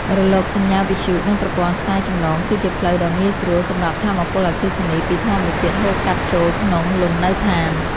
រលកសញ្ញាវិទ្យុ និងប្រព័ន្ធខ្សែចម្លងគឺជាផ្លូវដ៏ងាយស្រួលសម្រាប់ថាមពលអគ្គិសនីពីធម្មជាតិហូរកាត់ចូលក្នុងលំនៅដ្ឋាន។